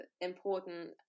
important